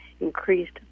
increased